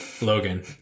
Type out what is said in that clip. Logan